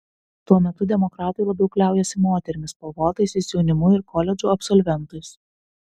tuo metu demokratai labiau kliaujasi moterimis spalvotaisiais jaunimu ir koledžų absolventais